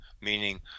meaning